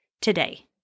today